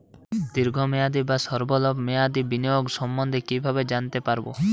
দীর্ঘ মেয়াদি বা স্বল্প মেয়াদি বিনিয়োগ সম্বন্ধে কীভাবে জানতে পারবো?